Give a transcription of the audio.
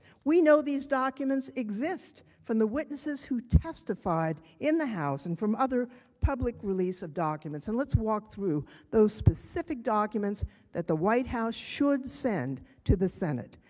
we know these documents exist from the witnesses who testified in the house and from other public release of documents. and let's walk through those specific documents that the white house should send to the senate.